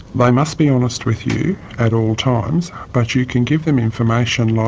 they must be honest with you at all times, but you can give them information like